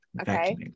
okay